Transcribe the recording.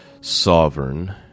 sovereign